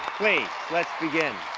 please. let's begin.